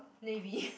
Navy